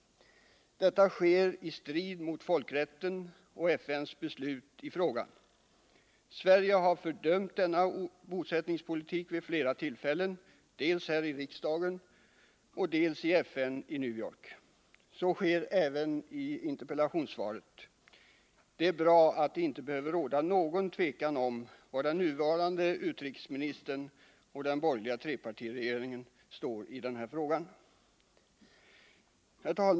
Detta sker i strid mot folkrätten och FN:s beslut i frågan. Sverige har vid flera tillfällen fördömt denna bosättningspolitik, dels här i riksdagen, dels i FN i New York. Så sker även i interpellationssvaret. Det är bra att det inte behöver råda något tvivel om var den nuvarande utrikesministern och den borgerliga trepartiregeringen står i denna fråga.